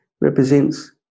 represents